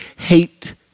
hate